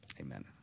Amen